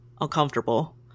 uncomfortable